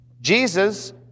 Jesus